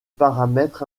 paramètres